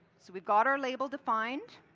so we've got our label defined.